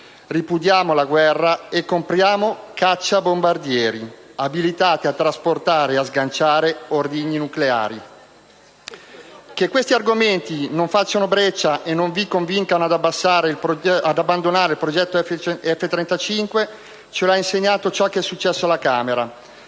ripudiamo la guerra e compriamo cacciabombardieri abilitati a trasportare e a sganciare ordigni nucleari. Che questi argomenti non facciano breccia e non vi convincano ad abbandonare il progetto F-35 ce lo ha insegnato ciò che è successo alla Camera.